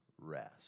rest